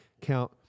count